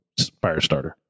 Firestarter